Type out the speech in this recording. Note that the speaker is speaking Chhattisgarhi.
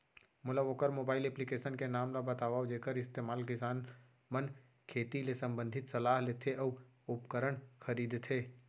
मोला वोकर मोबाईल एप्लीकेशन के नाम ल बतावव जेखर इस्तेमाल किसान मन खेती ले संबंधित सलाह लेथे अऊ उपकरण खरीदथे?